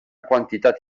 quantitat